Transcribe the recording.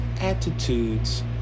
attitudes